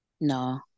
no